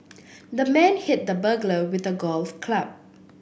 the man hit the burglar with a golf club